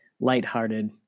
lighthearted